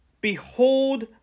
Behold